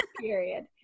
period